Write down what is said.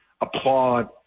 applaud